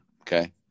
okay